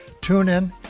TuneIn